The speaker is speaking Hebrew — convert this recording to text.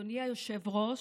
אדוני היושב-ראש,